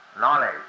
knowledge